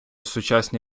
сучасні